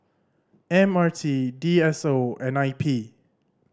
M R T D S O and I P